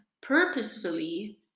purposefully